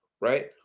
right